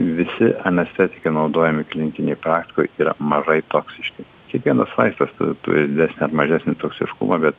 visi anestetikai naudojami klinikinėj praktikoj yra mažai toksiški kiekvienas vaistas turi didesnį ar mažesnį toksiškumą bet